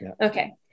Okay